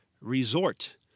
Resort